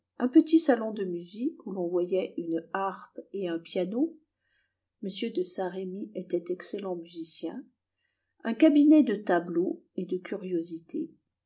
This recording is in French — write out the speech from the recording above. un petit salon de musique où l'on voyait une harpe et un piano m de saint-remy était excellent musicien un cabinet de tableaux et de curiosités